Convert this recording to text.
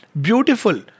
beautiful